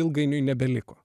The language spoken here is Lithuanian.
ilgainiui nebeliko